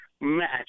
match